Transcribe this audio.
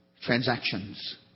transactions